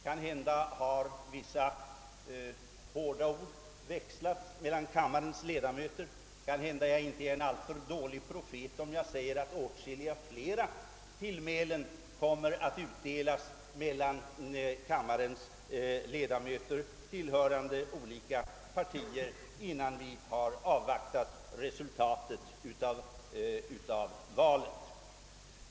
Kanhända har vissa hårda ord växlats, kanhända jag inte är en alltför dålig profet, om jag förmodar att åtskilligt flera tillmälen kommer att utbytas mellan kammarens ledamöter, tillhörande olika partier, innan vi har fått del av valets resultat.